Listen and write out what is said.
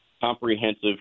comprehensive